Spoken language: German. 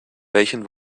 welchen